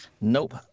Nope